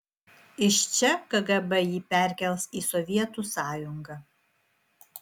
iš čia kgb jį perkels į sovietų sąjungą